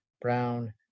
brown